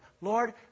Lord